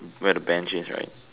where the bench is right